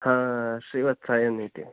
श्रीवत्सः अयम् इति